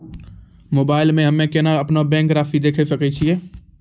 Mobile मे हम्मय केना अपनो बैंक रासि देखय सकय छियै?